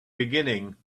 beginning